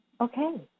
Okay